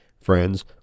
Friends